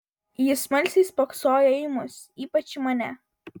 ji smalsiai spoksojo į mus ypač į mane